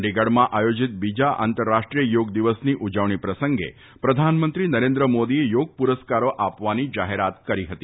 ચંદીગઢમાં આયોજિત બીજા આંતરરાષ્ટ્રીય યોગ દિવસની ઉજવણી પ્રસંગે પ્રધાનમંત્રી નરેન્દ્ર મોદીએ યોગ પુરસ્કારો આપવાની જાહેરાત કરી હતી